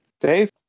Dave